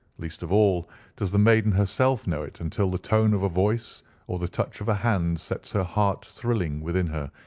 least of all does the maiden herself know it until the tone of a voice or the touch of a hand sets her heart thrilling within her,